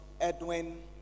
Edwin